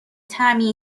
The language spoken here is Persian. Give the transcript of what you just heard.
طعمی